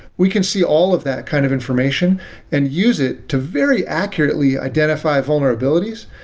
we can see all of that kind of information and use it to very accurately identify vulnerabilities,